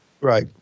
Right